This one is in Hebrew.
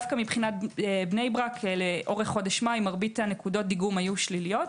מבחינת בני ברק לאורך חודש מאי מרבית נקודות הדיגום היו שליליות.